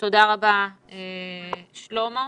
תודה רבה, שלמה.